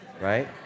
right